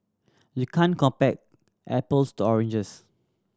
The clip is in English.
you can't compare apples to oranges